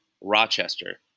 Rochester